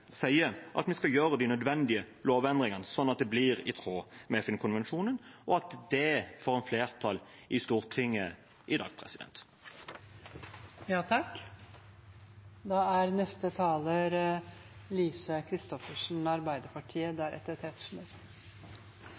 sier vi skal gjøre de nødvendige lovendringene, slik at det blir i tråd med FN-konvensjonen – at det får flertall i Stortinget i dag. Det er